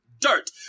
dirt